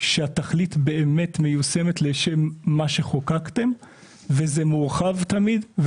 שהתכלית באמת מיושמת לשם מה שחוקקתם וזה מורחב תמיד,